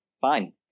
fine